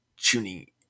Tuning